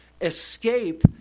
escape